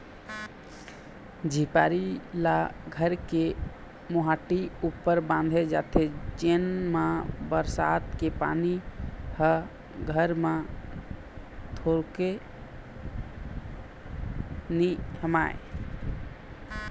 झिपारी ल घर के मोहाटी ऊपर बांधे जाथे जेन मा बरसात के पानी ह घर म थोरको नी हमाय